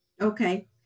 okay